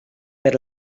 per